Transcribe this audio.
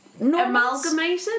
Amalgamated